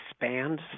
expand